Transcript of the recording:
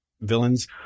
villains